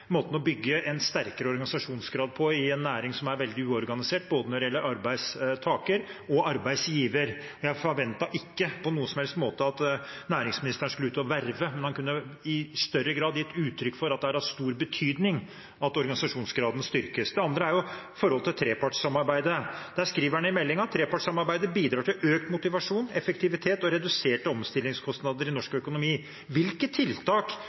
måten å bygge en sterkere organisasjonsgrad på i en næring som er veldig uorganisert når det gjelder både arbeidstakere og arbeidsgivere. Jeg forventet ikke på noen som helst måte at næringsministeren skulle ut og verve, men han kunne i større grad gitt uttrykk for at det er av stor betydning at organisasjonsgraden styrkes. Det andre er forholdet til trepartssamarbeidet. Der står det i meldingen: «Trepartssamarbeidet bidrar til økt motivasjon, effektivitet og reduserte omstillingskostnader i norsk økonomi.» Hvilke tiltak